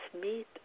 meet